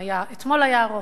אתמול היה ארוך,